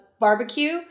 barbecue